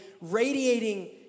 radiating